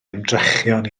ymdrechion